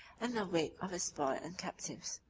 and the weight of his spoil and captives.